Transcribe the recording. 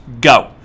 go